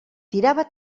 tirava